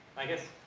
i guess,